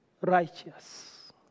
righteous